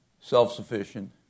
self-sufficient